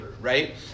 right